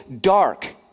dark